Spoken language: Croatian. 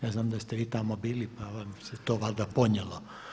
Ja znam da ste vi tamo bili pa vam se to valjda ponijelo.